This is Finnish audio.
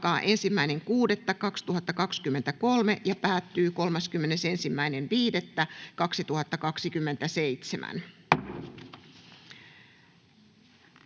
alkaa 1.6.2023 ja päättyy 31.5.2027.